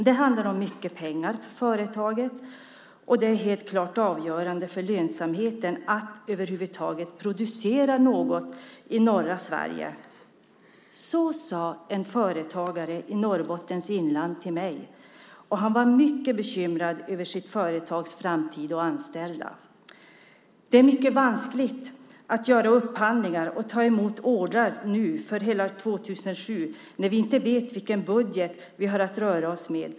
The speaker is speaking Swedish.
Det handlar om mycket pengar för företaget, och det är helt klart avgörande för lönsamheten att över huvud taget producera något i norra Sverige. Så sade en företagare i Norrbottens inland till mig. Han var mycket bekymrad över sitt företags framtid och anställda. Det är mycket vanskligt att göra upphandlingar och ta emot order nu för hela 2007 när vi inte vet vilken budget vi har att röra oss med.